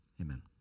amen